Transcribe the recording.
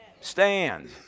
Stand